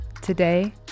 Today